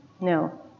No